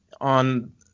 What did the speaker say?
On